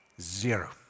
zero